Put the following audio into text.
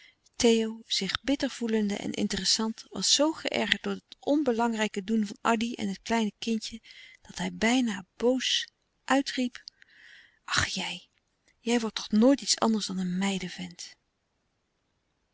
theo zich bitter voelende en interessant was zoo geërgerd door dat onbelangrijke doen van addy en het kleine kindje dat hij bijna boos uitriep ach jij jij wordt toch nooit iets anders dan een